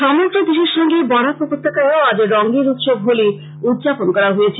সমগ্র দেশের সংগে বরাক উপতাকায় ও আজ রংগের উৎসব হোলী উদযাপন করা হয়েছে